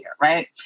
Right